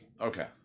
okay